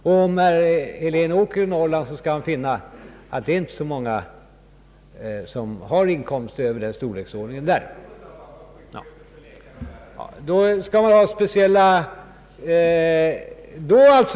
Om herr Helén reser i Norrland, skall han finna att det är inte så många människor där som har inkomster över detta belopp.